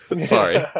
Sorry